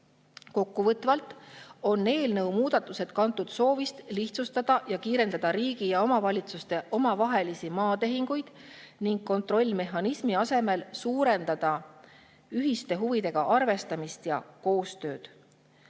Kokkuvõtvalt on eelnõu muudatused kantud soovist lihtsustada ja kiirendada riigi ja omavalitsuste omavahelisi maatehinguid ning kontrollmehhanismi asemel suurendada ühiste huvidega arvestamist ja koostööd.